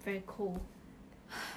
!eww!